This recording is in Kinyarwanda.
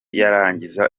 yarangiza